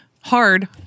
hard